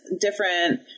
different